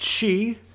chi